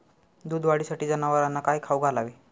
दूध वाढीसाठी जनावरांना काय खाऊ घालावे?